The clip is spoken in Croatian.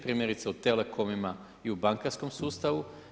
Primjerice u telekomima i u bankarskom sustavu.